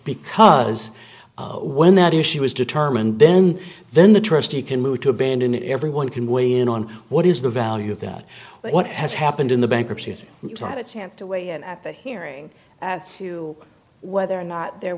because when that issue was determined then then the trustee can move to abandon it everyone can weigh in on what is the value of that what has happened in the bankruptcy to try to chance to weigh in at the hearing as to whether or not there